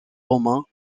romain